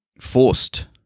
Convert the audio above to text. forced